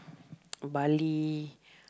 Bali